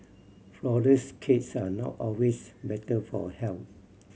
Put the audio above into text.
flourless cakes are not always better for health